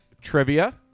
trivia